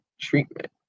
treatment